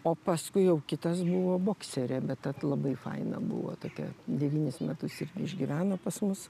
o paskui jau kitas buvo bokserė bet vat labai faina buvo tokia devynis metus irgi išgyveno pas mus